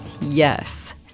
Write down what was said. Yes